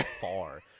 far